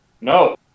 No